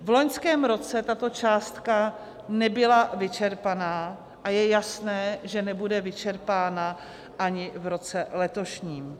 V loňském roce tato částka nebyla vyčerpána a je jasné, že nebude vyčerpána ani v roce letošním.